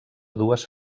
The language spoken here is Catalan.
dues